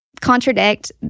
contradict